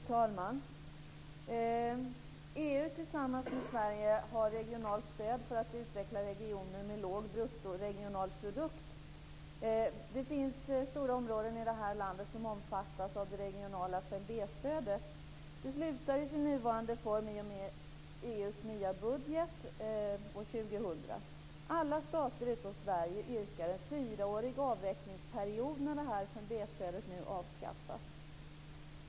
Fru talman! EU har tillsammans med Sverige regionalt stöd för att utveckla regioner med låg bruttoregionalprodukt. Det finns stora områden i det här landet som omfattas av det regionala 5b-stödet. Detta upphör i sin nuvarande form i och med EU:s nya budget år 2000. Alla stater utom Sverige yrkade en fyraårig avvecklingsperiod när 5b-stödet nu avskaffas.